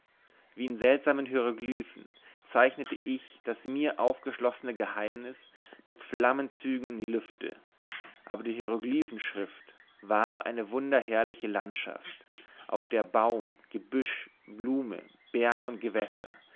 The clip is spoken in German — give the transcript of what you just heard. wie in seltsamen hieroglyphen zeichnete ich das mir aufgeschlossene geheimnis mit flammenzügen in die lüfte aber die hieroglyphen schrift war eine wunderherrliche landschaft auf der baum gebüsch blume berg und gewässer